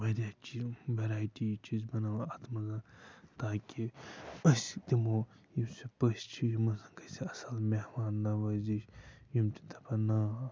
واریاہ چِو وٮ۪رایٹی چھِ أسۍ بَناوان اَتھ منٛز تاکہِ أسۍ دِمو یُس یہِ پٔژھۍ چھِ یِمَن گژھِ اَصٕل مہمان نوٲزِش یِم تہِ دَپَن نا